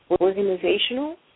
organizational